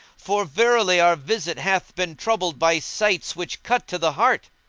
for verily our visit hath been troubled by sights which cut to the heart.